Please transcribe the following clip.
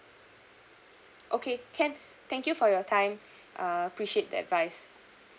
okay can thank you for your time uh appreciate the advice